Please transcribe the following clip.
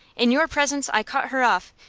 in your presence i cut her off,